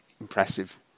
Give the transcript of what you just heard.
impressive